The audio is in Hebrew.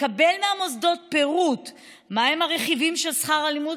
לקבל מהמוסדות פירוט מהם הרכיבים של שכר הלימוד